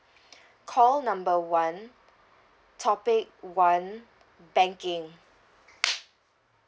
call number one topic one banking